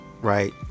right